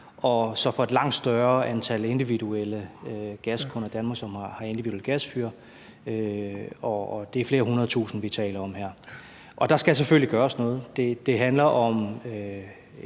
og for et langt større antal individuelle gaskunder i Danmark, som har individuelt gasfyr, og det er flere hundredtusind, vi taler om her. Og der skal selvfølgelig gøres noget. Det handler om